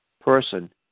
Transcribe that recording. person